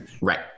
Right